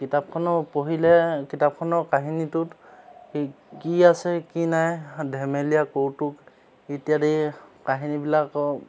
কিতাপখনৰ পঢ়িলে কিতাপখনৰ কাহিনীটোত কি আছে কি নাই ধেমেলীয়া কৌতুক ইত্যাদি কাহিনীবিলাকৰ